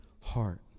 heart